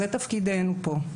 זה תפקידנו כאן.